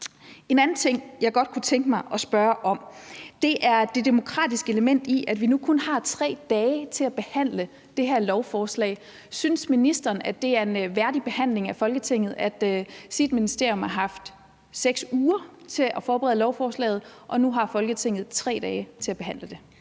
En anden ting, jeg godt kunne tænke mig at spørge om, er det demokratiske element i, at vi nu kun har 3 dage til at behandle det her lovforslag. Synes ministeren, at det er en værdig behandling af Folketinget, at ministeriet har haft 6 uger til at forberede lovforslaget, mens Folketinget nu har 3 dage til at behandle det?